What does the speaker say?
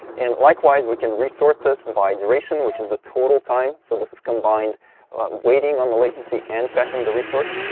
and likewise, we can re-sort this by duration, which is the total time. so this is combined waiting on the latency and fetching the resource.